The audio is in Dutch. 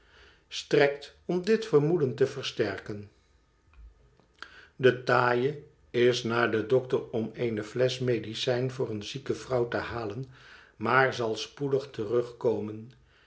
strekt om dit vermoeden te versterken de taaie is naar den dokter om eene flesch medicijn voor eene zieke vrouw te halen maar zal spoedig terugkomen